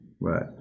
Right